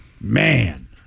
Man